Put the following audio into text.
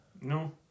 no